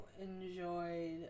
enjoyed